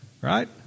right